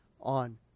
On